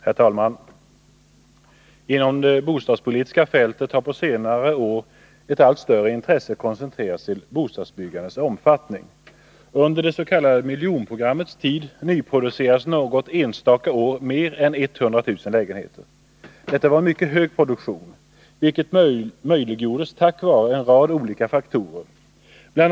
Herr talman! Inom det bostadspolitiska fältet har på senare år ett allt större intresse koncentrerats till bostadsbyggandets omfattning. Under det s.k. miljonprogrammets tid nyproducerades något enstaka år mer än 100 000 lägenheter. Detta var en mycket hög produktion, vilken möjliggjordes tack vare en rad olika faktorer. Bl.